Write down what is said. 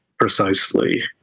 precisely